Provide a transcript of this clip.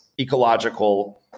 ecological